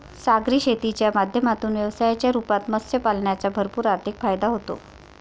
सागरी शेतीच्या माध्यमातून व्यवसायाच्या रूपात मत्स्य पालनाचा भरपूर आर्थिक फायदा होतो